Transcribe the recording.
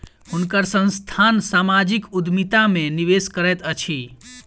हुनकर संस्थान सामाजिक उद्यमिता में निवेश करैत अछि